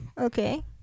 Okay